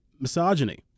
misogyny